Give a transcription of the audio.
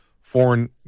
foreign